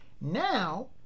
Now